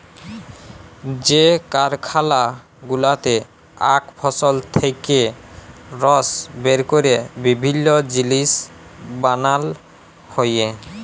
যে কারখালা গুলাতে আখ ফসল থেক্যে রস বের ক্যরে বিভিল্য জিলিস বানাল হ্যয়ে